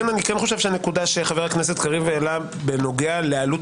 הנקודה שחבר הכנסת קריב העלה בנוגע לעלויות